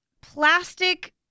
plastic